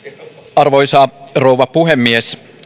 arvoisa rouva puhemies